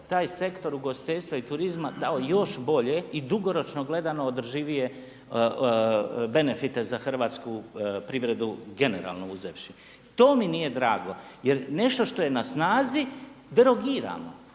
taj sektor ugostiteljstva i turizma dao još bolje i dugoročno gledano održivije benefite za hrvatsku privredu generalno uzevši. To mi nije drago. Jer nešto što je na snazi derogiramo